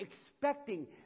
expecting